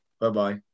Bye-bye